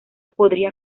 podría